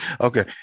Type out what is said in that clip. Okay